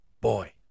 Boy